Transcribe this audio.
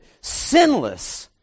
sinless